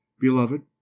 beloved